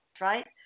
right